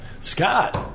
Scott